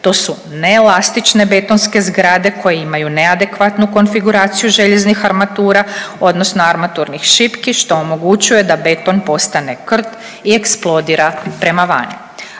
To su neelastične betonske zgrade koje imaju neadekvatnu konfiguraciju željeznih armatura odnosno armaturnih šipki što omogućuje da beton postane krt i eksplodira prema van.